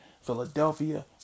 Philadelphia